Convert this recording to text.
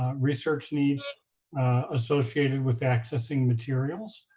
research needs associated with accessing materials.